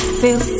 feel